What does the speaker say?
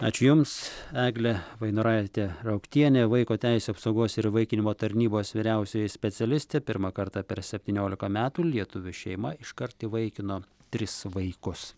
ačiū jums eglė vainoraitė rauktienė vaiko teisių apsaugos ir įvaikinimo tarnybos vyriausioji specialistė pirmą kartą per septyniolika metų lietuvių šeima iškart įvaikino tris vaikus